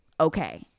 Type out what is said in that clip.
Okay